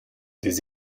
des